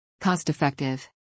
Cost-Effective